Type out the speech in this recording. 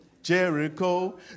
Jericho